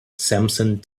samsung